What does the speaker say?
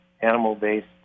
animal-based